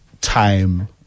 time